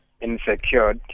insecure